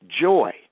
joy